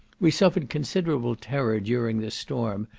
we suffered considerable terror during this storm,